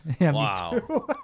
Wow